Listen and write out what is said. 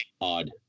odd